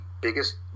biggest